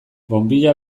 bonbilla